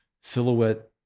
silhouette